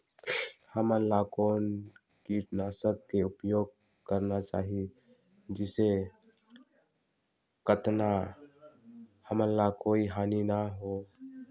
हमला कौन किटनाशक के उपयोग करन चाही जिसे कतना हमला कोई हानि न हो?